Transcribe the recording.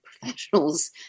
professionals